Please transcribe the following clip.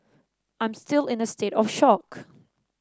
I'm still in a state of shock